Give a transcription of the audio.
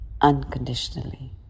unconditionally